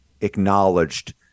acknowledged